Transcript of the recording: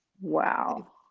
wow